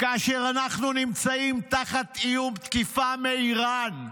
כאשר אנחנו נמצאים תחת איום תקיפה מאיראן?